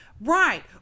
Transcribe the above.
Right